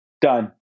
Done